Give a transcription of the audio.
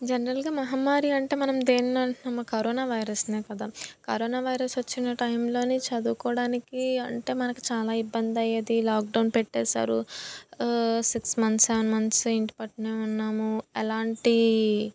జనరల్గా మహమ్మారి అంటే మనం దేన్ని అంటున్నాం కరోనా వైరస్నే కదా కరోనా వైరస్ వచ్చిన టైంలో చదువుకోడానికి అంటే మనకి చాలా ఇబ్బంది అయ్యేది లాక్డౌన్ పెట్టారు సిక్స్ మంత్స్ సెవన్ మంత్స్ ఇంటి పట్టునే ఉన్నాము ఎలాంటి